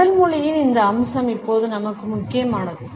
உடல் மொழியின் இந்த அம்சம் இப்போது நமக்கு முக்கியமானது